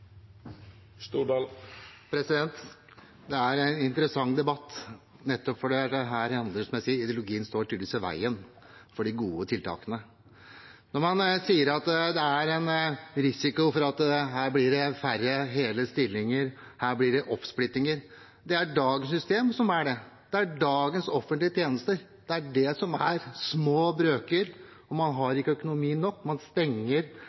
er en interessant debatt, for her står tydeligvis ideologien i veien for de gode tiltakene. Når man sier at det er en risiko for at her blir det færre hele stillinger, her blir det oppsplittinger, er det dagens system som fører til det – det er dagens offentlige tjenester, det er det som er små brøker, for man har ikke økonomi god nok. Man stenger